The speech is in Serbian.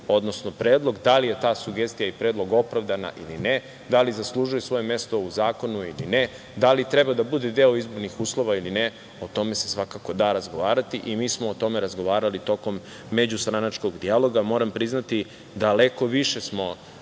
odnosno predlog da li je ta sugestija i predlog opravdana ili ne, da li zaslužuje svoje mesto u zakonu ili ne, da li treba da bude deo izbornih uslova ili ne, o tome se svakako da razgovarati i mi smo o tome razgovarali tokom međustranačkog dijaloga. Moram priznati daleko više smo